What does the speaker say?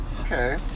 okay